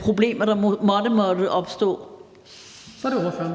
problemer, der måtte opstå. Kl. 18:09 Den